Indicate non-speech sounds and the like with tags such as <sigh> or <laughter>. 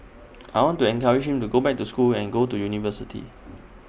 <noise> I want to encourage him to go back to school and go to university